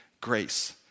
grace